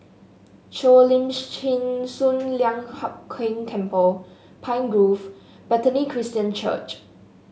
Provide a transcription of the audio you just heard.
Cheo Lim Chin Sun Lian Hup Keng Temple Pine Grove Bethany Christian Church